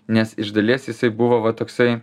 nes iš dalies jisai buvo va toksai